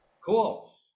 Cool